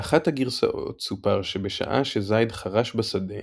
באחת הגרסאות, סופר שבשעה שזייד חרש בשדה